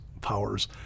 powers